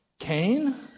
Cain